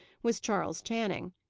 was charley channing.